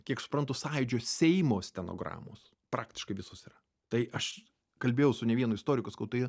kiek suprantu sąjūdžio seimo stenogramos praktiškai visos yra tai aš kalbėjau su ne vienu istoriku sakau tai